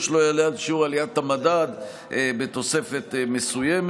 שלא יעלה על שיעור עליית המדד בתוספת מסוימת,